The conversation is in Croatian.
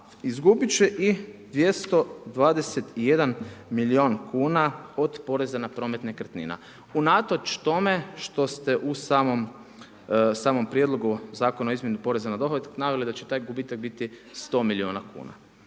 izgubit će i 221 milion kuna od poreza na porez nekretnina. Unatoč tome što ste u samom Prijedlogu Zakonu o izmjeni poreza na dohodak naveli da će taj gubitak biti 100 miliona kuna.